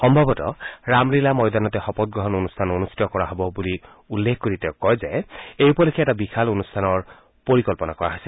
সম্ভৱত ৰামলীলা ময়দানতে শপতগ্ৰহণ অনুষ্ঠান অনুষ্ঠিত কৰা হ'ব উল্লেখ কৰি তেওঁ কয় যে এই উপলক্ষে এটা বিশাল অনুষ্ঠানৰ পৰিকল্পনা কৰা হৈছে